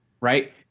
right